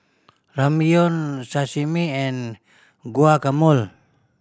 Ramyeon Sashimi and Guacamole